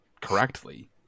correctly